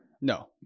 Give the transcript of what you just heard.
No